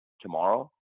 tomorrow